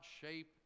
shape